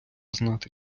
знати